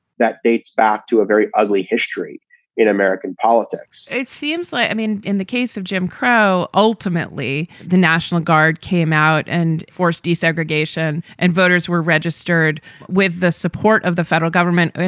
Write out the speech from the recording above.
that dates back to a very ugly history in american politics it seems like i mean, in the case of jim crow, ultimately the national guard came out and forced desegregation. and voters were registered with the support of the federal government. and,